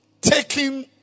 taking